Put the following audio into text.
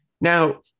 Now